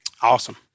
Awesome